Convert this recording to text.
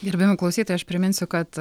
gerbiami klausytojai aš priminsiu kad